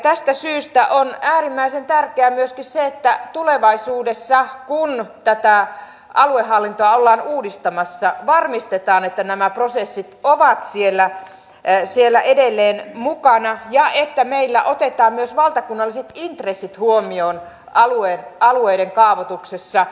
tästä syystä on äärimmäisen tärkeää myöskin se että tulevaisuudessa kun tätä aluehallintoa ollaan uudistamassa varmistetaan että nämä prosessit ovat siellä edelleen mukana ja että meillä otetaan myös valtakunnalliset intressit huomioon alueiden kaavoituksessa